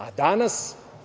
A danas?